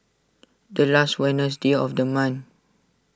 the last Wednesday of the month